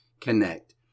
connect